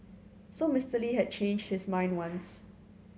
so Mr Lee had changed his mind once